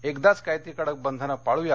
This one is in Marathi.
एकदाच काय ती कडक बंधनं पाळ्या